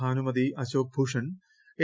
Bhanumathi Ashok Bhushan A